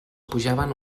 pujaven